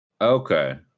Okay